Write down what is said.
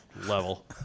level